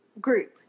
group